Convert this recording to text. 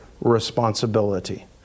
responsibility